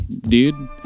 dude